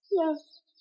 yes